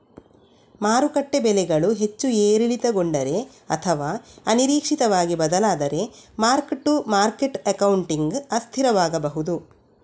ಮಾರುಕಟ್ಟೆ ಬೆಲೆಗಳು ಹೆಚ್ಚು ಏರಿಳಿತಗೊಂಡರೆ ಅಥವಾ ಅನಿರೀಕ್ಷಿತವಾಗಿ ಬದಲಾದರೆ ಮಾರ್ಕ್ ಟು ಮಾರ್ಕೆಟ್ ಅಕೌಂಟಿಂಗ್ ಅಸ್ಥಿರವಾಗಬಹುದು